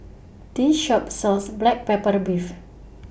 This Shop sells Black Pepper Beef